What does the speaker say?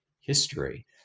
history